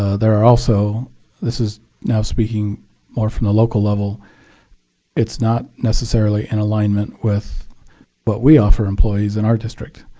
ah there are also this is now speaking more from the local level it's not necessarily an alignment with what we offer employees in our district.